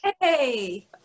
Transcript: hey